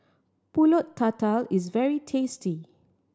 Pulut Tatal is very tasty